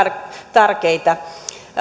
tärkeitä